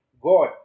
God